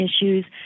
issues